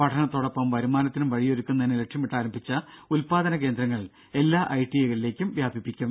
പഠനത്തോടൊപ്പം വരുമാനത്തിനും വഴിയൊരുക്കുന്നതിന് ലക്ഷ്യമിട്ട് ആരംഭിച്ച ഉൽപാദന കേന്ദ്രങ്ങൾ എല്ലാ ഐടിഐ കളിലേക്കും വ്യാപിപ്പിക്കും